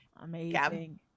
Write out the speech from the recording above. amazing